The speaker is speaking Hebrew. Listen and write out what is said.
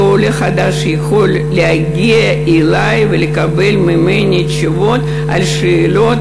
ועולה חדש יכול להגיע אלי ולקבל ממני תשובות על שאלות